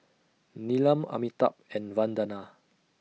Neelam Amitabh and Vandana